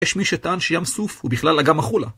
יש מי שטען שים סוף הוא בכלל אגם החולה.